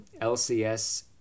LCS